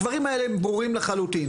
הדברים האלה הם ברורים לחלוטין.